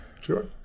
Sure